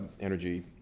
Energy